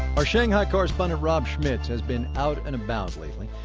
our shanghai correspondent rob schmitz has been out and about lately.